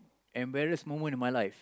embarrass moment in my life